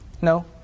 No